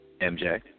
MJ